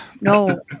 No